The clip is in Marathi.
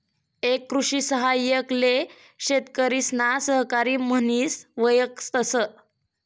एक कृषि सहाय्यक ले शेतकरिसना सहकारी म्हनिस वयकतस